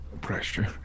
Pressure